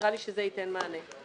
נראה לי שזה ייתן מענה.